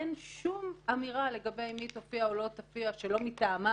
אין שום אמירה לגבי מי תופיע או לא תופיע שלא מטעמה